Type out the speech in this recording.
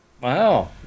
Wow